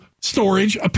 storage